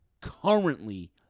currently